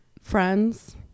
friends